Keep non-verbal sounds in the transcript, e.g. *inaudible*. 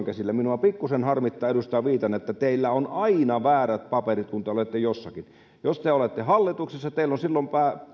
*unintelligible* käsillä minua pikkusen harmittaa edustaja viitanen että teillä on aina väärät paperit kun te olette jossakin jos te olette hallituksessa teillä on silloin